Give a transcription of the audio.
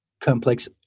complex